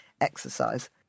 exercise